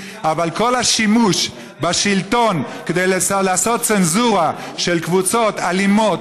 אבל כל השימוש בשלטון כדי לעשות צנזורה של קבוצות אלימות